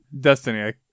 Destiny